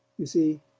you see,